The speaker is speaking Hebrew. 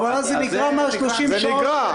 אבל אז זה נגרע מה-30 שעות.